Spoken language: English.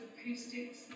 acoustics